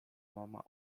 mama